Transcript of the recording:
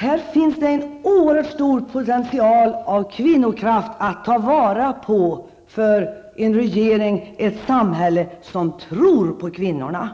Här finns alltså en oerhört stor potential av kvinnokraft att ta vara på för en regering och ett samhälle som tror på kvinnorna.